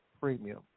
premium